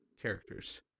characters